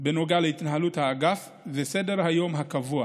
בנוגע להתנהלות האגף וסדר-היום הקבוע,